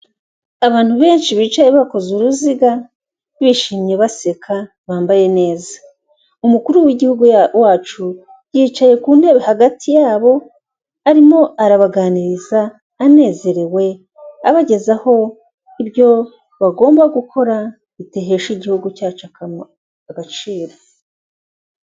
Abantu benshi bicaye bakoze uruziga, bishimye baseka bambaye neza. Umukuru w'igihugu wacu, yicaye ku ntebe hagati yabo, arimo arabaganiriza anezerewe, abagezaho ibyo bagomba gukora bihesha igihugu cyacu agaciro.